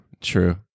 true